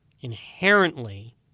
inherently